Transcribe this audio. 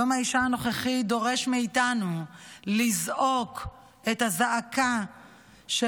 יום האישה הנוכחי דורש מאיתנו לזעוק את הזעקה של